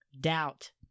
doubt